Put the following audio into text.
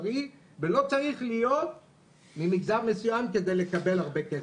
ולא צריך להיות ממגזר מסויים כדי לקבל הרבה כסף.